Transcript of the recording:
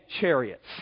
chariots